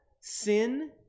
sin